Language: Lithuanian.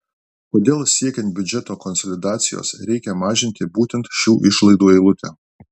kodėl siekiant biudžeto konsolidacijos reikia mažinti būtent šių išlaidų eilutę